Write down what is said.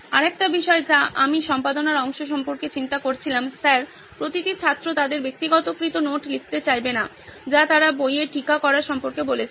আরেকটি বিষয় যা আমি সম্পাদনার অংশ সম্পর্কে চিন্তা করছিলাম স্যার প্রতিটি ছাত্র তাদের ব্যক্তিগতকৃত নোট লিখতে চাইবে না যা তারা বইয়ে টীকা করার সম্পর্কে বলেছিল